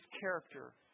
character